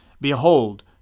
Behold